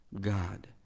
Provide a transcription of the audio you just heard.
God